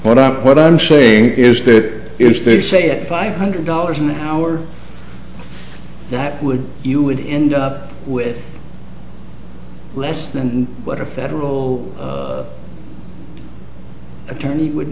what i'm what i'm saying is that if they say that five hundred dollars an hour that would you would end up with less than what a federal attorney would